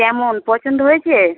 কেমন পছন্দ হয়েছে